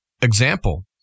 example